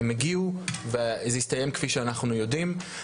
הם הגיעו וזה הסתיים כפי שאנחנו יודעים.